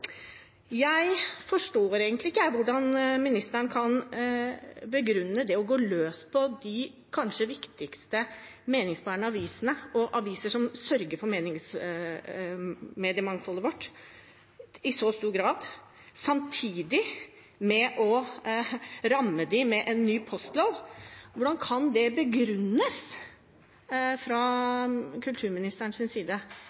Jeg forstår egentlig ikke hvordan ministeren kan begrunne det å gå løs på kanskje de viktigste meningsbærende avisene og aviser som sørger for mediemangfoldet vårt, i så stor grad, samtidig som en rammer dem med en ny postlov. Hvordan kan det begrunnes fra kulturministerens side?